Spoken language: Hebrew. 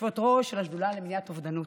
יושבות-ראש של השדולה למניעת אובדנות.